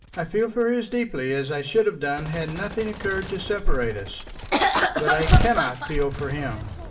i feel for her as deeply as i should have done had nothing occurred to separate us but i cannot feel for him.